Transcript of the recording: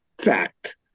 fact